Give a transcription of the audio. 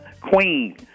Queen